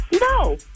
No